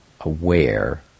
aware